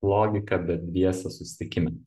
logiką bet dviese susitikime